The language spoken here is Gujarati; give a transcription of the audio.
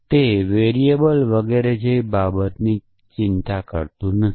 તે વેરીએબલ વગેરે જેવી બાબતોની ખરેખર ચિંતા કરતું નથી